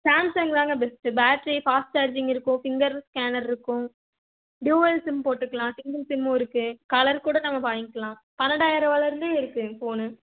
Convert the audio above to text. Samsung தாங்க best battery fast charging இருக்கும் finger ஸ்கேனருக்கும் ட்யூயல் சிம் போட்டுக்கலாம் சிங்கள் சிம்மும் இருக்குது கலர் கூட நம்ம வாங்கிலாம் பன்னெண்டாயிருபால இருந்து இருக்குது ஃபோனு